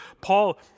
Paul